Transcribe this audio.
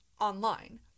online